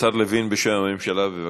השר לוין, בשם הממשלה, בבקשה.